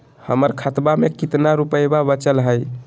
हमर खतवा मे कितना रूपयवा बचल हई?